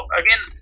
again